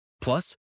Plus